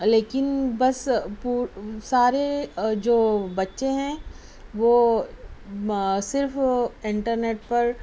لیکن بس سارے جو بچے ہیں وہ صرف انٹرنیٹ پر